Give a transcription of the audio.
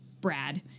Brad